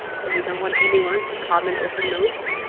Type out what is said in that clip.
because we don't want anyone to come and open notes